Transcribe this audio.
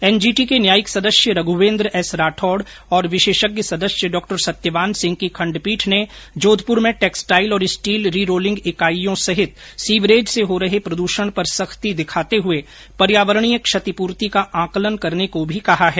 NGT के न्यायिक सदस्य रघुवेन्द्र एस राठौड़ और विशेषज्ञ सदस्य डॉ सत्यवान सिंह की खंडपीठ ने जोधपुर में टेक्सटाइल और स्टील री रोलिंग इकाइयों सहित सीवरेज से हो रहे प्रदूषण पर सख्ती दिखाते हुए पर्यावरणीय क्षतिपूर्ति का आकलन करने को भी कहा है